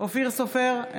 אופיר סופר,